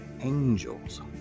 angels